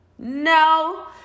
No